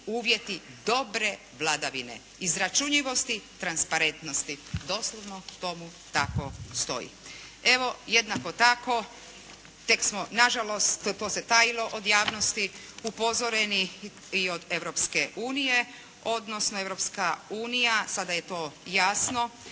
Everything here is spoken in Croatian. uvjeti dobre vladavine, izračunjivosti transparentnosti". Doslovno tomu tako stoji. Evo jednako tako tek smo na žalost, to se tajilo od javnosti, upozoreni i od Europske unije, odnosno Europska unija sada je to jasno